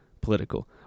political